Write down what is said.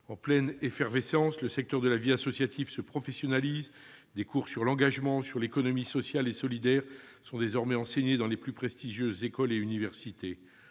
En pleine effervescence, le secteur de la vie associative se professionnalise. Des cours sur l'engagement, sur l'économie sociale et solidaire sont désormais dispensés dans les plus prestigieuses écoles et universités.